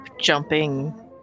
jumping